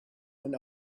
went